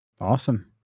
Awesome